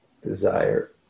Desire